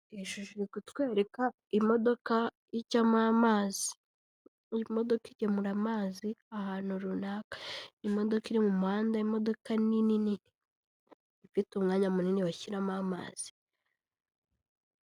Iyi shusho iri kutwereka imodoka ijyamo amazi. Iyi modoka igemura amazi ahantu runaka. Imodoka iri mu muhanda, imodoka ni nini, ifite umwanya munini bashyiramo amazi.